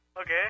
Okay